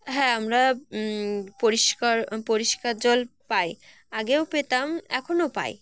হ্যাঁ আমরা পরিষ্কার পরিষ্কার জল পাই আগেও পেতাম এখনও পাই